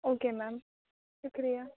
okay ma'am شُکریہ